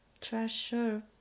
Treasure